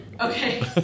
Okay